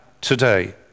today